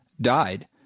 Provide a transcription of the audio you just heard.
died